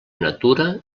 natura